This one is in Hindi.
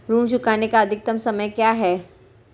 ऋण चुकाने का अधिकतम समय क्या है?